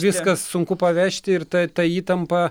viskas sunku pavežti ir ta ta įtampa